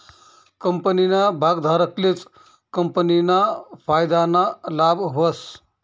कंपनीना भागधारकलेच कंपनीना फायदाना लाभ व्हस